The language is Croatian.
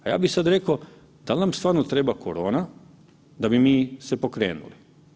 A ja bi sad reko, dal nam stvarno treba korona da bi mi se pokrenuli?